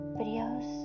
videos